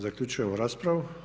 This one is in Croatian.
Zaključujem raspravu.